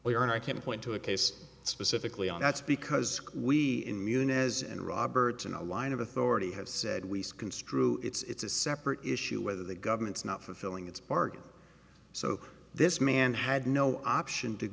or i can point to a case specifically and that's because we immune as an roberts in a line of authority have said we construe it's a separate issue whether the government's not fulfilling its bargain so this man had no option to